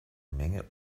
menge